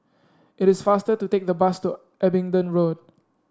it is faster to take the bus to Abingdon Road